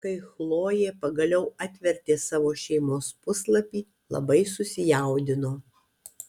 kai chlojė pagaliau atvertė savo šeimos puslapį labai susijaudino